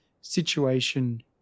situation